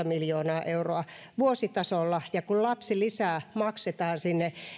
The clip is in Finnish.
miljoonaa euroa vuositasolla kun lapsilisää maksetaan